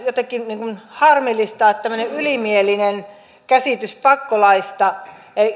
jotenkin harmillista että on tämmöinen ylimielinen käsitys pakkolaista